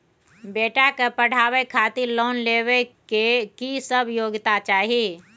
बेटा के पढाबै खातिर लोन लेबै के की सब योग्यता चाही?